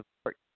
support